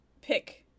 pick